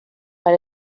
per